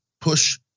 push